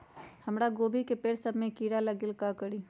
हमरा गोभी के पेड़ सब में किरा लग गेल का करी?